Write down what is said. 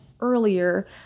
earlier